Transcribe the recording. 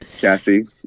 Cassie